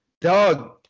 dog